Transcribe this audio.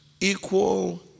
equal